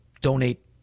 donate